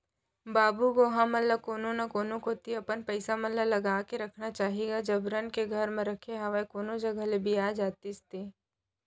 बाबू गो हमन ल कोनो न कोनो कोती अपन पइसा मन ल लगा के रखना चाही गा जबरन के घर म रखे हवय कोनो जघा ले बियाज आतिस ते